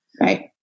Right